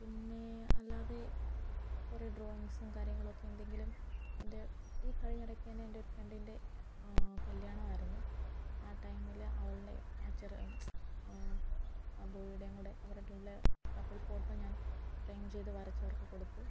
പിന്നെ അല്ലാതെ കുറേ ഡ്രോയിങ്ങ്സും കാര്യങ്ങളൊക്കെ എന്തെങ്കിലും എൻ്റെ ഈ കഴിഞ്ഞ ഇടയ്ക്കുതന്നെ എൻ്റെ ഒരു ഫ്രണ്ടിൻ്റെ കല്യാണമായിരുന്നു ആ ടൈമിൽ അവളുടെ അ ചെറ് ആ ബോയിയുടെയും കൂടെ അവരുടെ ഇടയിൽ കപ്പിൾ ഫോട്ടോ ഞാൻ ഫ്രെയിം ചെയ്ത് വരച്ച് അവർക്ക് കൊടുത്തു